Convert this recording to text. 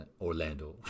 Orlando